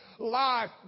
Life